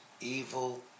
evil